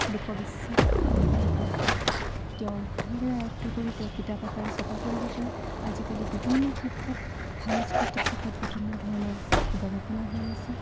লোকবিশ্বাস এইবিলাক বস্তু তেওঁ ভালদৰে আয়ত্ব কৰি তেওঁ কিতাপ আকাৰে চপা কৰিব পাৰে আজিকালি বিভিন্ন ক্ষেত্ৰত সাংস্কৃতিক দিশত বিভিন্ন ধৰণৰ গৱেষণা হৈ আছে